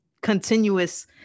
continuous